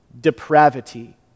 depravity